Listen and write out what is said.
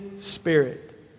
Spirit